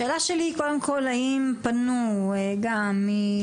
השאלה שלי היא קודם כל האם פנו גם מור"ה,